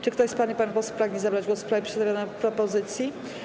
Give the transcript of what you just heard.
Czy ktoś z pań i panów posłów pragnie zabrać głos w sprawie przedstawionych propozycji?